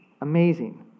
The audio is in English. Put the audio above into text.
Amazing